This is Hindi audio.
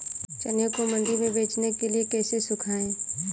चने को मंडी में बेचने के लिए कैसे सुखाएँ?